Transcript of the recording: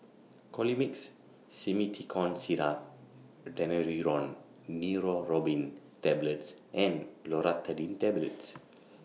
Colimix Simethicone Syrup Daneuron Neurobion Tablets and Loratadine Tablets